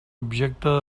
objecte